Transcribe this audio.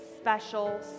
special